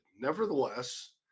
nevertheless